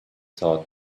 thought